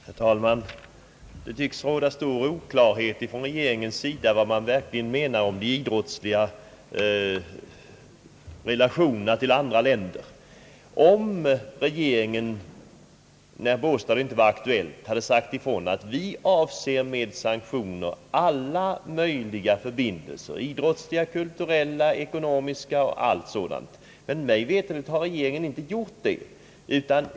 Herr talman! Det tycks råda stor oklarhet hos regeringen om vad man verkligen menar med idrottsliga relationer till andra länder. Om regeringen redan innan matchen i Båstad var aktuell hade sagt ifrån att man med sanktioner avser alla möjliga förbindelser, idrottsliga, kulturella, ekonomiska osv. hade man vetat vad man hade att rätta sig efter. Men mig veterligt har regeringen inte gjort detta.